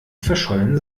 verschollen